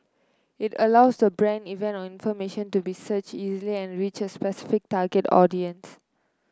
it allows the brand event or information to be searched easily and reach a specific target audience